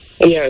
Yes